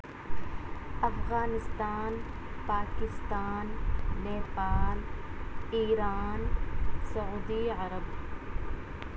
Afghanistan Pakistan Nepal Iran Saudi Arab